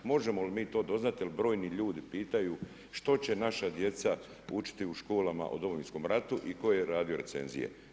Možemo li mi to doznati, jer brojni ljudi pitaju što će naša djeca učiti u školama u Domovinskome ratu i tko je radi recenzije.